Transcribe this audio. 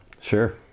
Sure